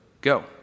Go